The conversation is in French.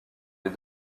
les